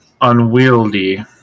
unwieldy